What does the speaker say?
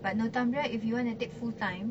but northumbria if you want to take full time